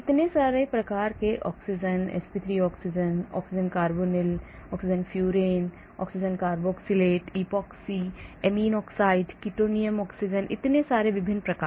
इतने सारे प्रकार के oxygen sp3 oxygen oxygen carbonyl oxygen furan oxygen carboxylate epoxy amine oxide ketonium oxygen इतने सारे विभिन्न प्रकार